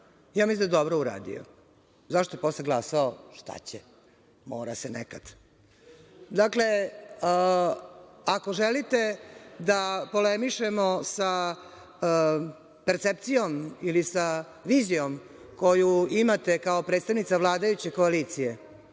mislim da je dobro to uradio. Zašto je posle glasao? Šta će, mora se nekad. Dakle, ako želite da polemišemo sa percepcijom ili sa vizijom koju imate kao predstavnica vladajuće koalicije